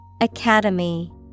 Academy